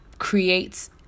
creates